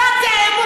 ואתם,